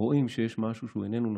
רואים שיש משהו שהוא איננו נכון,